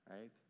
right